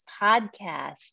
podcast